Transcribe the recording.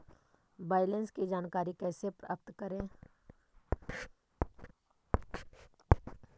Balance की जानकारी कैसे प्राप्त करे?